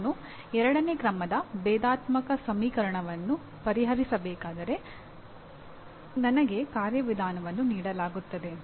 ನಾನು ಎರಡನೇ ಕ್ರಮದ ಭೇದಾತ್ಮಕ ಸಮೀಕರಣವನ್ನು ಪರಿಹರಿಸಬೇಕಾದರೆ ನನಗೆ ಕಾರ್ಯವಿಧಾನವನ್ನು ನೀಡಲಾಗುತ್ತದೆ